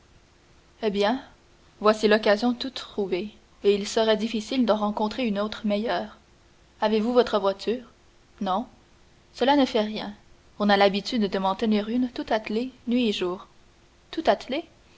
eh bien voici l'occasion toute trouvée et il serait difficile d'en rencontrer une autre meilleure avez-vous votre voiture non cela ne fait rien on a l'habitude de m'en tenir une tout attelée nuit et jour tout attelée